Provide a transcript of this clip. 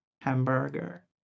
Hamburger